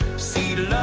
see the